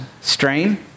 Strain